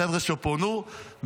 החבר'ה שפונו,